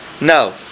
no